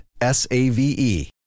S-A-V-E